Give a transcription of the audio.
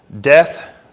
Death